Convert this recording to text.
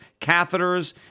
catheters